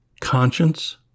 conscience